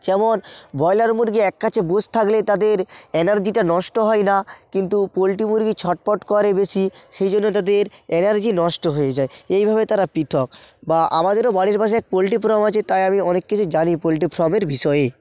যেমন ব্রয়লার মুরগি এক কাছে বস থাকলে তাদের এনার্জিটা নষ্ট হয় না কিন্তু পোলট্রি মুরগি ছটফট করে বেশি সেই জন্য তাদের এনার্জি নষ্ট হয়ে যায় এইভাবে তারা পৃথক বা আমাদেরও বাড়ির পাশে এক পোলট্রি ফার্ম আছে তাই আমি অনেক কিছু জানি পোলট্রি ফার্মের বিষয়ে